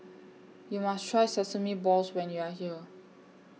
YOU must Try Sesame Balls when YOU Are here